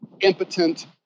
impotent